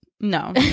no